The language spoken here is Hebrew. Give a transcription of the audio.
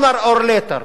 sooner or later,